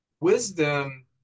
wisdom